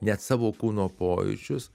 net savo kūno pojūčius